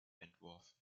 entworfen